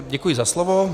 Děkuji za slovo.